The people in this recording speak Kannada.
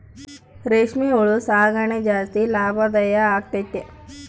ರೇಷ್ಮೆ ಹುಳು ಸಾಕಣೆ ಜಾಸ್ತಿ ಲಾಭದಾಯ ಆಗೈತೆ